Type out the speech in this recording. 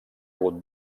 hagut